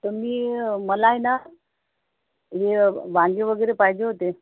तुम्ही मला आहे ना हे वांगे वगैरे पाहिजे होते